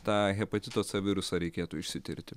tą hepatito c virusą reikėtų išsitirti